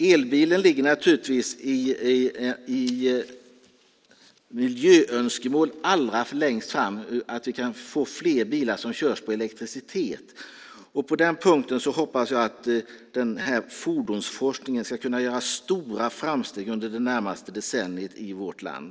Elbilen ligger naturligtvis allra längst fram när det gäller miljöönskemål, alltså att vi kan få fler bilar som körs på elektricitet. På den punkten hoppas jag att denna fordonsforskning ska kunna göra stora framsteg under det närmaste decenniet i vårt land.